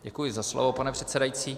Děkuji za slovo, pane předsedající.